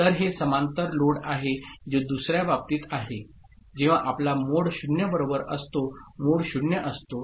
तर हे समांतर लोड आहे जे दुसर्या बाबतीत आहे जेव्हा आपला मोड 0 बरोबर असतो मोड 0 असतो